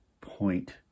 point